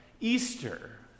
Easter